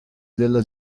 della